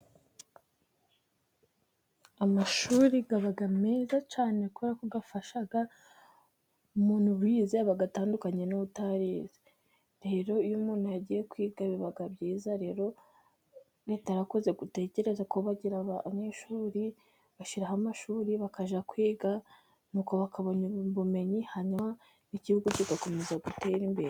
Amashuri aba meza cyane kubera ko afasha, umuntu wize aba atandukanye n'utarize rero iyo umuntu yagiye kwiga biba byiza, rero leta yarakoze gutekereza kuba bagira banyeshuri, bashyiraho amashuri bakajya kwiga, nuko bakabona bumenyi hanyuma igihugu kigakomeza gutera imbere.